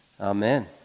Amen